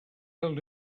held